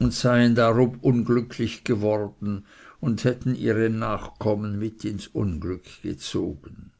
und seien darob unglücklich geworden und hätten ihre nachkommen mit ins unglück gezogen